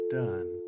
done